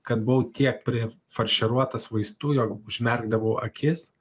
kad buvau tiek prifarširuotas vaistų jog užmerkdavau akis